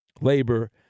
labor